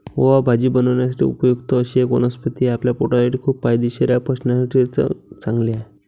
ओवा भाजी बनवण्यासाठी उपयुक्त अशी एक वनस्पती आहे, आपल्या पोटासाठी खूप फायदेशीर आहे, पचनासाठी ते चांगले आहे